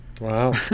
Wow